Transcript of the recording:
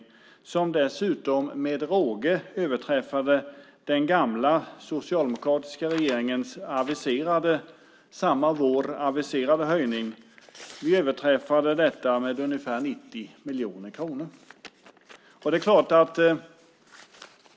Den överträffade dessutom med råge den gamla socialdemokratiska regeringens samma vår aviserade höjning. Vi överträffade den med ungefär 90 miljoner kronor.